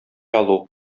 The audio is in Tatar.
алу